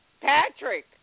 Patrick